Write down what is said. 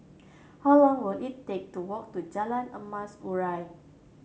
how long will it take to walk to Jalan Emas Urai